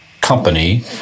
Company